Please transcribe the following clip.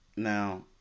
Now